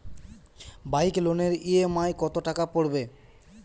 Bike লোনের EMI কত টাকা পড়বে?